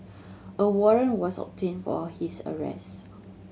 a warrant was obtained for his arrest